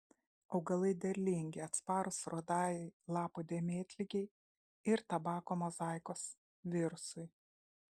augalai derlingi atsparūs rudajai lapų dėmėtligei ir tabako mozaikos virusui